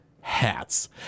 Hats